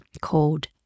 called